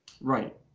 Right